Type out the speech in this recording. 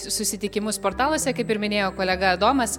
susitikimus portaluose kaip ir minėjo kolega adomas